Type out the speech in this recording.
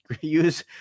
use